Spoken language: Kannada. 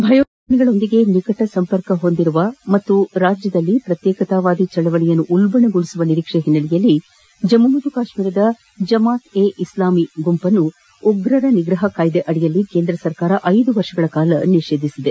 ಭಯೋತ್ಪಾದಕ ಸಂಘಟನೆಗಳೊಂದಿಗೆ ನಿಕಟ ಸಂಪರ್ಕ ಹೊಂದಿರುವ ಮತ್ತು ರಾಜ್ಯದಲ್ಲಿ ಪ್ರತ್ಯೇಕತಾವಾದಿ ಚಳವಳಿಯನ್ನು ಉಲ್ಬಣಗೊಳಿಸುವ ನಿರೀಕ್ಷೆ ಹಿನ್ನೆಲೆಯಲ್ಲಿ ಜಮ್ಮು ಮತ್ತು ಕಾಶ್ಮೀರದ ಜಮಾತ್ ಇ ಇಸ್ನಾಮಿ ಗುಂಪನ್ನು ಭಯೋತ್ಸಾದಕ ನಿಗ್ರಹ ಕಾಯಿದೆ ಅಡಿಯಲ್ಲಿ ಕೇಂದ್ರ ಸರ್ಕಾರ ಐದು ವರ್ಷಗಳ ಕಾಲ ನಿಷೇಧಿಸಿದೆ